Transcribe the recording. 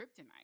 kryptonite